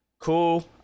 Cool